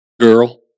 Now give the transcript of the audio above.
Girl